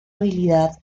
habilidad